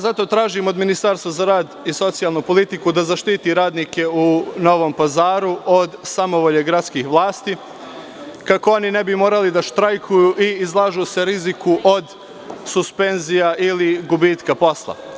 Zato tražim od Ministarstva za rad i socijalnu politiku da zaštite radnike u Novom Pazaru od samovolje gradskih vlasti, kako oni ne bi morali da štrajkuju i izlažu se riziku od suspenzija ili gubitka posla.